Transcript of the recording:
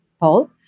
Paul